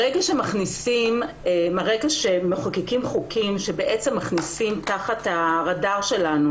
ברגע שמחוקקים חוקים שמכניסים תחת הרדאר שלנו